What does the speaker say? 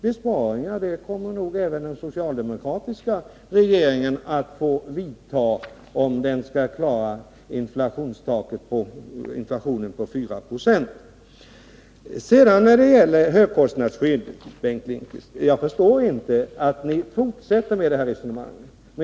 Besparingar kommer nog även den socialdemokratiska regeringen att få vidta om den skall klara en inflation på 4 96. När det sedan gäller högkostnadsskyddet förstår jag inte, Bengt Lindqvist, att ni fortsätter med det här resonemanget.